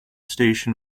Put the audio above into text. station